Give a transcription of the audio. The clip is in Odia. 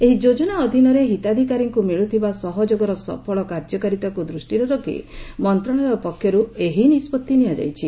ଏହି ଯୋଜନା ଅଧୀନରେ ହିତାଧିକାରୀଙ୍କୁ ମିଳୁଥିବା ସହଯୋଗର ସଫଳ କାର୍ଯ୍ୟକାରୀତାକୁ ଦୂଷ୍ଟିରେ ରଖି ମନ୍ତ୍ରଣାଳୟ ପକ୍ଷରୁ ଏହି ନିଷ୍ପଭି ନିଆଯାଇଛି